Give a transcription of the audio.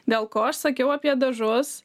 dėl ko aš sakiau apie dažus